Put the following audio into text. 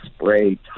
spray